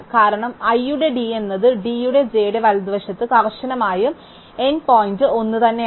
കാരണം iയുടെ d എന്നത് d യുടെ j ന്റെ വലതുവശത്ത് കർശനമായും n പോയിന്റ് ഒന്നുതന്നെയാണ്